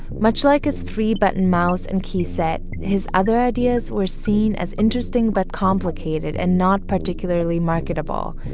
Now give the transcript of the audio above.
much like his three-button mouse and keyset his other ideas or seen as interesting but complicated and not particularly marketable.